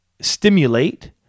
stimulate